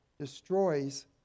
destroys